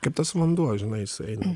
kaip tas vanduo žinai is eina